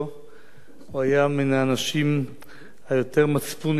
הוא היה מן האנשים היותר מצפוניים ועקרוניים,